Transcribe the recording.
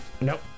Nope